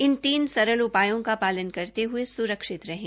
इन तीन सरल उपायों का पालन करते हुए स्रक्षित रहें